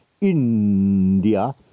India